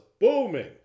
booming